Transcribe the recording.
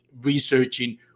researching